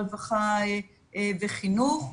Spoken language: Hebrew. רווחה וחינוך.